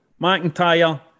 McIntyre